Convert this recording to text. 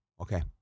Okay